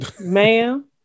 Ma'am